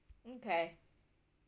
mm kay